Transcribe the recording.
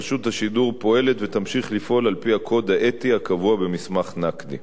רשות השידור פועלת ותמשיך לפעול על-פי הקוד האתי הקבוע במסמך נקדי.